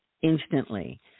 instantly